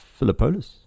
Philippolis